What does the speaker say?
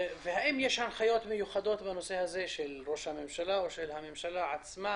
האם יש הנחיות מיוחדות בנושא הזה של ראש הממשלה או של הממשלה עצמה?